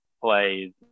plays